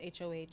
HOH